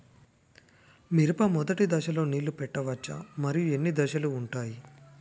మిరప మొదటి దశలో నీళ్ళని పెట్టవచ్చా? మరియు ఎన్ని దశలు ఉంటాయి?